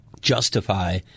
justify